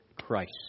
Christ